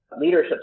leadership